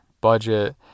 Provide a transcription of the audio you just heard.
budget